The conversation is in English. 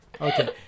Okay